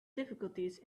difficulties